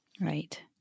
Right